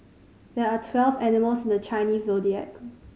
there are twelve animals in the Chinese Zodiac